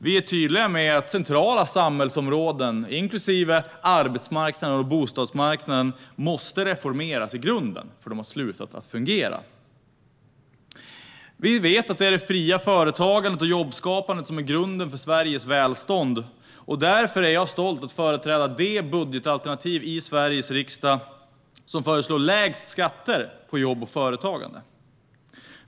Vi är tydliga med att centrala samhällsområden, inklusive arbetsmarknaden och bostadsmarknaden, måste reformeras i grunden eftersom de har slutat fungera. Vi vet att det är det fria företagandet och jobbskapandet som är grunden för Sveriges välstånd, och därför är jag stolt över att företräda det budgetalternativ i Sveriges riksdag som föreslår lägst skatter på jobb och företagande.